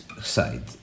side